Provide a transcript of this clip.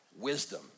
wisdom